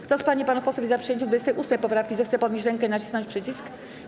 Kto z pań i panów posłów jest za przyjęciem 28. poprawki, zechce podnieść rękę i nacisnąć przycisk.